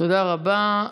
תודה רבה.